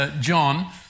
John